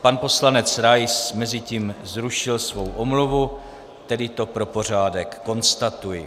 Pan poslanec Rais mezitím zrušil svou omluvu, tedy to pro pořádek konstatuji.